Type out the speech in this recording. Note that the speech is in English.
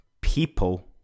people